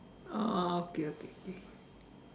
oh okay okay K